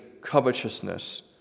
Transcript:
covetousness